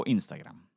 Instagram